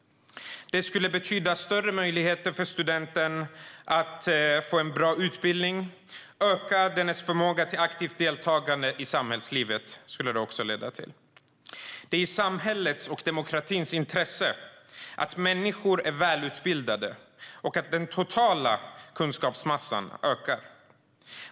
Det skulle betyda en större möjlighet för studenten att få en bra utbildning och öka dennes förmåga till aktivt deltagande i samhällslivet. Det är i samhällets och demokratins intresse att människor är välutbildade och att den totala kunskapsmassan ökar.